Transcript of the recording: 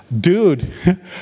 dude